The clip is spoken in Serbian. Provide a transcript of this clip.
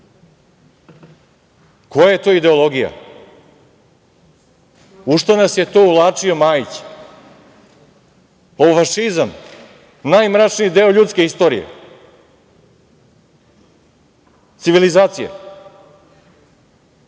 Koja je to ideologija? U šta nas je to uvlačio Majić - u fašizam, najmračniji deo ljudske istorije, civilizacije? Država